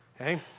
Okay